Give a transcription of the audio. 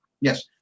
Yes